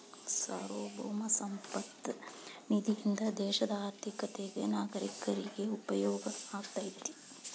ಸಾರ್ವಭೌಮ ಸಂಪತ್ತ ನಿಧಿಯಿಂದ ದೇಶದ ಆರ್ಥಿಕತೆಗ ನಾಗರೇಕರಿಗ ಉಪಯೋಗ ಆಗತೈತಿ